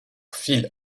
phil